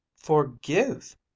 forgive